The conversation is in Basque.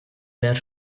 behar